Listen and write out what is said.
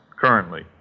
currently